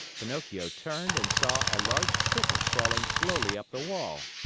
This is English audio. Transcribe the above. pinocchio turned and saw a large cricket crawling slowly up the wall.